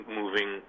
moving